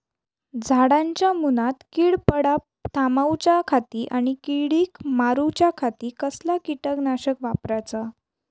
झाडांच्या मूनात कीड पडाप थामाउच्या खाती आणि किडीक मारूच्याखाती कसला किटकनाशक वापराचा?